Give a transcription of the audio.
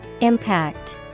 Impact